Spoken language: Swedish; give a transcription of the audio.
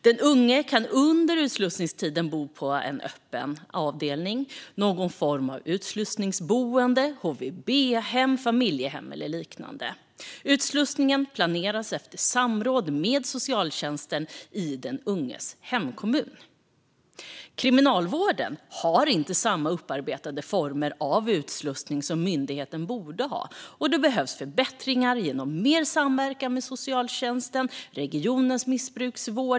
Den unge kan under utslussningstiden bo på en öppen avdelning, någon form av utslussningsboende, HVB-hem, familjehem eller liknande. Utslussningen planeras efter samråd med socialtjänsten i den unges hemkommun. Kriminalvården har inte så upparbetade former av utslussning som myndigheten borde ha. Det behövs förbättringar genom mer samverkan med socialtjänsten och regionens missbruksvård.